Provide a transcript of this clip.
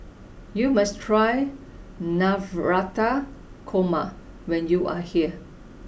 you must try Navratan Korma when you are here